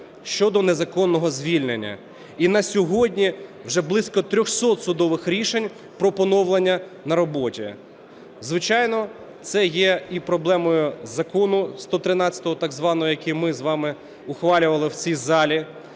щодо незаконного звільнення. І на сьогодні вже близько 300 судових рішень про поновлення на роботі. Звичайно, це є і проблемою Закону 113 так званого, який ми з вами ухвалювали в цій залі,